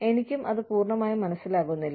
എനിക്കും അത് പൂർണ്ണമായി മനസ്സിലാകുന്നില്ല